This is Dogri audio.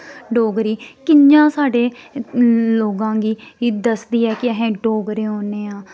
डोगरी कि'यां साढ़े लोकें गी एह् दसदी ऐ कि अस डोगरे होन्ने आं